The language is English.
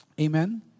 Amen